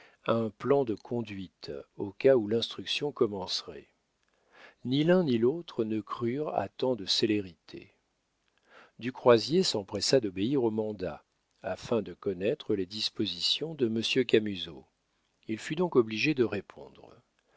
un plan de conduite au cas où l'instruction commencerait ni l'un ni l'autre ne crurent à tant de célérité du croisier s'empressa d'obéir au mandat afin de connaître les dispositions de monsieur camusot il fut donc obligé de répondre